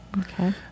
Okay